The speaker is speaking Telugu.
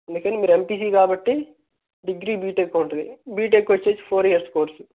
అందుకని మీరు ఎంపీసీ కాబట్టి డిగ్రీ బీటెక్ ఉంటుంది బీటెక్ వచ్చి ఫోర్ ఇయర్స్ కోర్స్